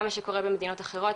גם מה שקורה במדינות אחרות,